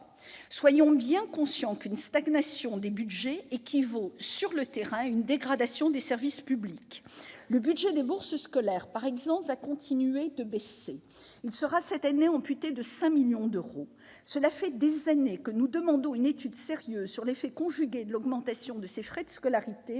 Soyons bien conscients qu'une stagnation des budgets équivaut, sur le terrain, à une dégradation des services publics. Le budget des bourses scolaires, par exemple, va continuer de baisser : il sera cette année amputé de 5 millions d'euros. Cela fait des années que nous demandons une étude sérieuse sur l'effet conjugué de l'augmentation des frais de scolarité